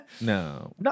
No